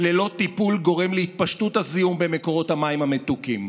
ללא טיפול גורם להתפשטות הזיהום במקורות המים המתוקים.